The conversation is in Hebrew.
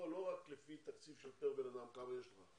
לא רק לפי תקציב של פר בן אדם כמה יש לך,